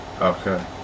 Okay